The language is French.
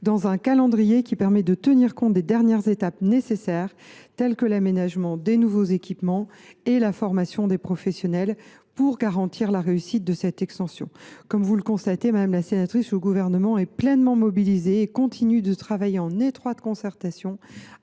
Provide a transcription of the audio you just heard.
selon un calendrier permettant de tenir compte des dernières étapes nécessaires, telles que l’aménagement des nouveaux équipements et la formation des professionnels, pour garantir la réussite de cette extension. Comme vous pouvez le constater, madame la sénatrice, le Gouvernement est pleinement mobilisé et continue de travailler en étroite concertation